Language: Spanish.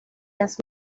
las